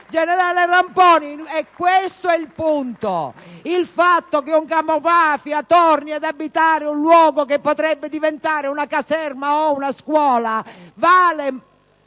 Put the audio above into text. Generale Ramponi, questo è il punto! Il fatto che un capomafia torni ad abitare un luogo che potrebbe diventare una caserma o una scuola, vale...